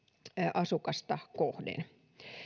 asukasta kohden